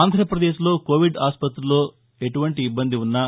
ఆంధ్రప్రదేశ్లో కోవిడ్ ఆస్పత్రుల్లో ఎలాంటి ఇబ్బంది ఉన్నా